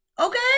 Okay